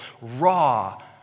raw